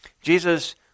Jesus